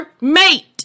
mate